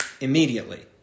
immediately